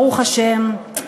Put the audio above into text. ברוך השם,